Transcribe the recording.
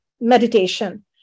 meditation